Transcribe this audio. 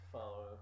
Follow